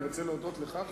אני רוצה להודות לך,